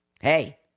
Hey